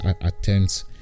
attempts